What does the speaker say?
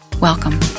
Welcome